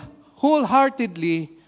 wholeheartedly